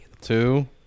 two